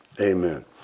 Amen